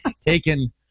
taken